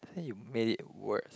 then you made it worse